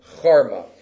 Charma